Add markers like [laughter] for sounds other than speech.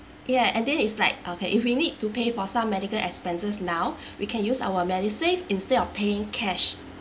ya and then is like okay if we need to pay for some medical expenses now [breath] we can use our medisave instead of paying cash